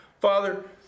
Father